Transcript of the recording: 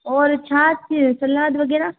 और छाछ सलाद वगैरह